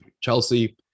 Chelsea